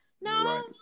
No